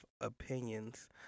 opinions